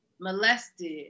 molested